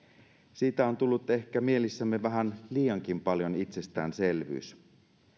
siitä on tullut ehkä mielissämme vähän liiankin paljon itsestäänselvyys